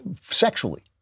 sexually